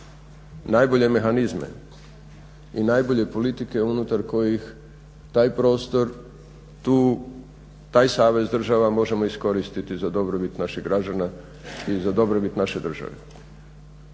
najbolje mehanizme i najbolje politike unutar kojih taj prostor, taj savez država možemo iskoristiti za dobrobit naših građana i za dobrobit naše države.